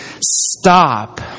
stop